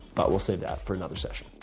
but we'll save that for another session.